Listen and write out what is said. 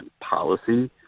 policy